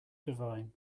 divine